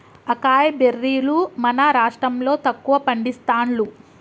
acai బెర్రీలు మన రాష్టం లో తక్కువ పండిస్తాండ్లు